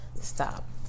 Stop